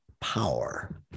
power